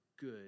good